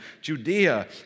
Judea